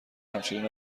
همچنین